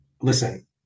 listen